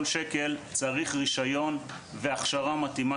שקל לא צריך היום רישיון והכשרה מתאימה,